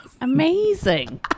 amazing